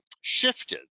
shifted